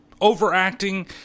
overacting